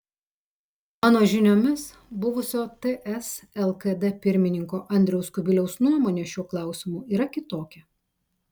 mano žiniomis buvusio ts lkd pirmininko andriaus kubiliaus nuomonė šiuo klausimu yra kitokia